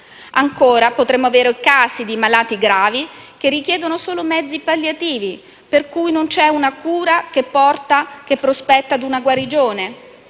Ancora, potremmo avere casi di malati gravi che richiedono solo mezzi palliativi, per cui non c'è una cura che prospetta una guarigione